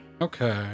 Okay